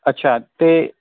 ਅੱਛਾ ਅਤੇ